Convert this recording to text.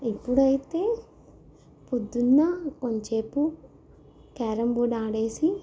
ఇప్పుడైతే పొద్దున్న కొంచేపు క్యారం బోర్డ్ ఆడేసి